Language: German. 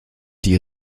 die